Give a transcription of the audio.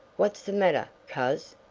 what's the matter, coz?